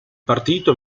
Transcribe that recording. partito